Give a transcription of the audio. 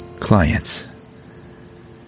clients